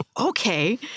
okay